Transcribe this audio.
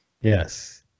Yes